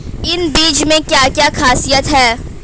इन बीज में क्या क्या ख़ासियत है?